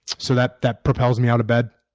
so that that propels me out of bed.